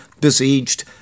besieged